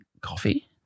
coffee